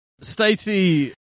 Stacey